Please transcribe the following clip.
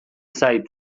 zait